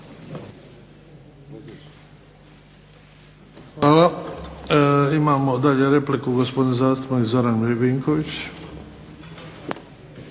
Hvala. Imamo dalje repliku, gospodin zastupnik Zoran Vinković.